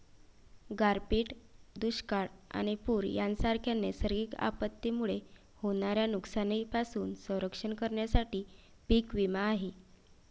गारपीट, दुष्काळ आणि पूर यांसारख्या नैसर्गिक आपत्तींमुळे होणाऱ्या नुकसानीपासून संरक्षण करण्यासाठी पीक विमा आहे